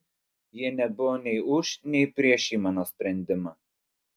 jie nebuvo nei už nei prieš šį mano sprendimą